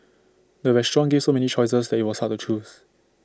the restaurant gave so many choices that IT was hard to choose